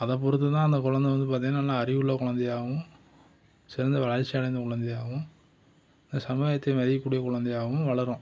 அதை பொறுத்து தான் அந்த குழந்தை வந்து பார்த்திங்கன்னா நல்ல அறிவுள்ள குழந்தையாகவும் சிறந்த வளர்ச்சி அடைந்த குழந்தையாகவும் இந்த சமுதாயத்தில் மதிக்கக்கூடிய குழந்தையாகவும் வளரும்